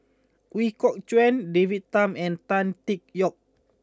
Ooi Kok Chuen David Tham and Tan Tee Yoke